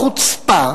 החוצפה